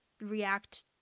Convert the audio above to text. react